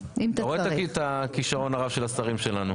אתה רואה את הכישרון הרב של השרים שלנו.